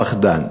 פחדן.